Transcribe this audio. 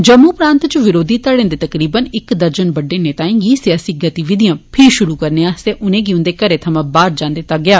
जम्मू प्रान्त च विरोधी धड़े दे तकरीबन इक दर्जन बडडे नेताएं गी सियासी गतिविधियां फ्ही शुरू करने आस्तै उनेंगी उन्दे घरें थमां बाह्र जान दित्ता गेआ